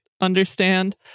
understand